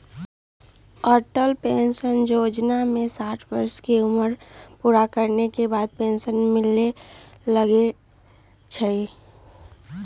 Atal pension जोजना में साठ वर्ष के उमर पूरा करे के बाद पेन्सन मिले लगैए छइ